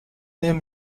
nehmen